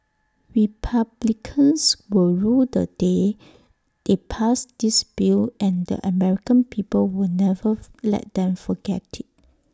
republicans will rue the day they passed this bill and the American people will never fu let them forget IT